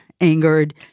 angered